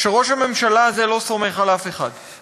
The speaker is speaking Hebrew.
שראש הממשלה הזה לא סומך על אף אחד.